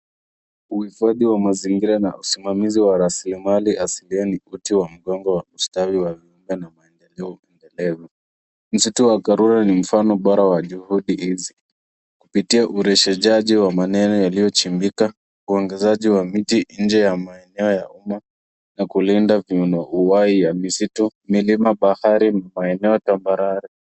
Uhifadhi wa mazingira na usimamizi wa raslimali asilia ni uti wa mgongo wa ustawi wa mimea na maendeleo endelevu. Msitu wa Karura ni mfano bora wa juhudi hizi. Kupitia ureshejaji wa menene yaliyochimbika, uongezaji wa miti nje ya maeneo ya uma, na kulinda viunouhai ya misitu, milima, bahari na maeneo tambarare.